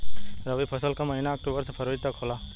रवी फसल क महिना अक्टूबर से फरवरी तक होला